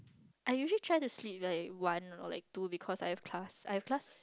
I usually try to sleep like one or like two because I have class I have class